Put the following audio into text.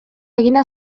eginda